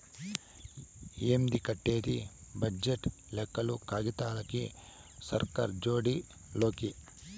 ఏంది కట్టేది బడ్జెట్ లెక్కలు కాగితాలకి, సర్కార్ జోడి లోకి